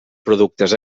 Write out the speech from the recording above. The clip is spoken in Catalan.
productes